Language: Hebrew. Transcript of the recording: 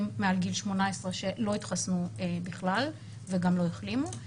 מעל גיל 18 שלא התחסנו בכלל וגם לא החלימו.